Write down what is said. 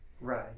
right